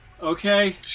Okay